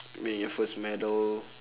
I mean your first medal